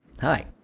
Hi